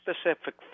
specific